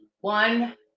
One